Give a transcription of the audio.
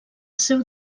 seu